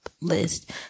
list